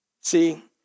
See